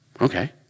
okay